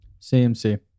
CMC